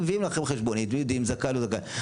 מביאים לכם חשבונית ויודעים אם זכאי או לא זכאי.